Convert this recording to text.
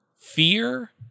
fear